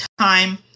time